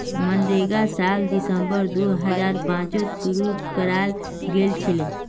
मनरेगा सात दिसंबर दो हजार पांचत शूरू कराल गेलछिले